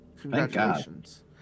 Congratulations